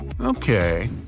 Okay